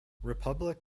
republic